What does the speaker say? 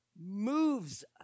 moves